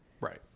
Right